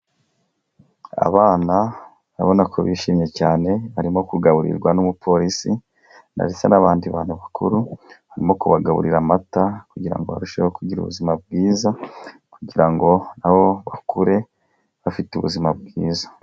Abana urabona ko bishimye cyane, barimo kugaburirwa n'umupolisi ndetse n'abandi bantu bakuru, barimo kubagaburira amata kugira ngo barusheho kugira ubuzima bwiza kugira ngo nabo bakure bafite ubuzima bwiza.